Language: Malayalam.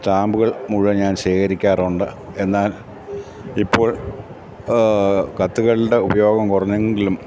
സ്റ്റാമ്പുകൾ മുഴുവൻ ഞാൻ ശേഖരിക്കാറുണ്ട് എന്നാൽ ഇപ്പോൾ കത്തുകളുടെ ഉപയോഗം കുറഞ്ഞെങ്കിലും